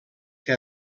que